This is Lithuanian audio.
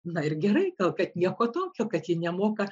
na ir gerai kad nieko tokio kad ji nemoka